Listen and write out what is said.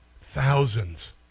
thousands